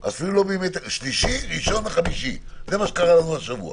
זה מה שקרה לנו השבוע.